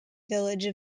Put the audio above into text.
village